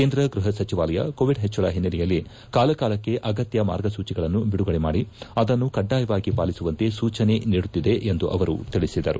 ಕೇಂದ್ರ ಗೃಹ ಸಚಿವಾಲಯ ಕೋವಿಡ್ ಹೆಚ್ಚಳ ಹಿನ್ನೆಲೆಯಲ್ಲಿ ಕಾಲ ಕಾಲಕ್ಕೆ ಅಗತ್ಯ ಮಾರ್ಗಸೂಚಿಗಳನ್ನು ಬಿಡುಗಡೆ ಮಾಡಿ ಅದನ್ನು ಕಡ್ಡಾಯವಾಗಿ ಪಾಲಿಸುವಂತೆ ಸೂಚನೆ ನೀಡುತ್ತಿದೆ ಎಂದು ಅವರು ತಿಳಿಸಿದರು